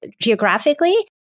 geographically